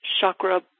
chakra